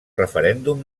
referèndum